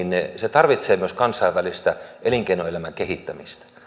tarvitsevat myös kansainvälistä elinkeinoelämän kehittämistä